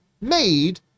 made